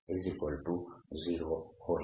A0 હોય